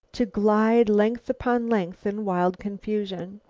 to glide length upon length in wild confusion.